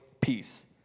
peace